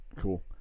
cool